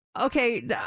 Okay